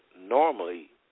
normally